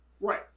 Right